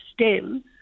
stem